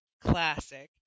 classic